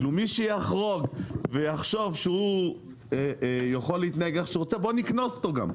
מי שיחרוג ויחשוב שהוא יכול להתנהג איך שהוא רוצה בוא נקנוס אותו גם.